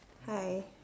hi